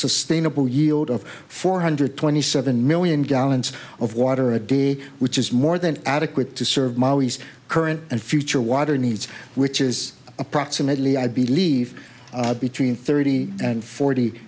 sustainable yield of four hundred twenty seven million gallons of water a day which is more than adequate to serve molly's current and future water needs which is approximately i believe between thirty and forty